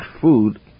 food